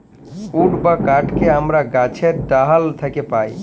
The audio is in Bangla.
উড বা কাহাঠকে আমরা গাহাছের ডাহাল থ্যাকে পাই